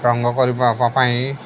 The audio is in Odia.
ରଙ୍ଗ କରିବା ପାଇଁ